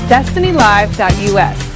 DestinyLive.us